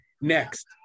next